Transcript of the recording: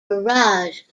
barrage